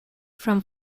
from